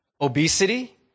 obesity